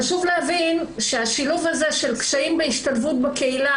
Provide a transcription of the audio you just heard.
חשוב להבין שהשילוב הזה של קשיים בהשתלבות בקהילה,